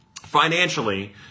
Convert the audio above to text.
financially